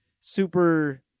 super